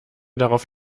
darauf